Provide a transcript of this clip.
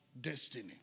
destiny